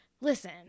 Listen